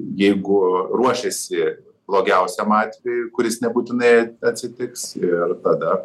jeigu ruošiasi blogiausiam atvejui kuris nebūtinai atsitiks ir tada